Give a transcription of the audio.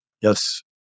Yes